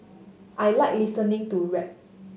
I like listening to rap